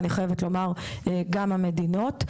אני חייבת לומר, גם המדינות.